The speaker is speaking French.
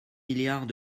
milliards